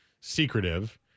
secretive